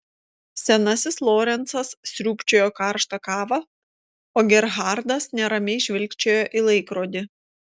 senasis lorencas sriūbčiojo karštą kavą o gerhardas neramiai žvilgčiojo į laikrodį